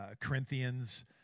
Corinthians